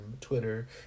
Twitter